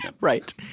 Right